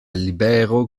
libero